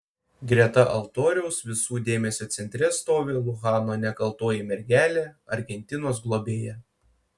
greta altoriaus visų dėmesio centre stovi luchano nekaltoji mergelė argentinos globėja